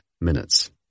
minutes